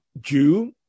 Jew